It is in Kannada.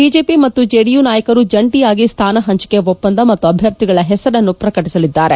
ಬಿಜೆಪಿ ಮತ್ತು ಜೆಡಿಯು ನಾಯಕರು ಜಂಟಿಯಾಗಿ ಸ್ಥಾನ ಹಂಚಿಕೆ ಒಪ್ಪಂದ ಮತ್ತು ಅಭ್ವರ್ಥಿಗಳ ಹೆಸರನ್ನು ಪ್ರಕಟಿಸಲಿದ್ದಾರೆ